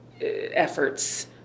efforts